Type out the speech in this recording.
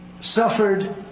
suffered